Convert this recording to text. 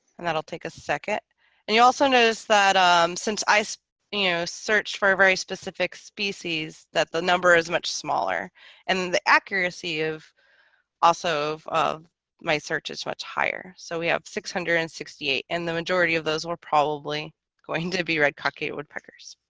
and that'll take a second and you also notice that since i so you know searched for a very specific species that the number is much smaller and the accuracy of also of of my search is much higher. so we have six hundred and sixty eight and the majority of those were probably going to be red cockaded woodpeckers